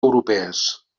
europees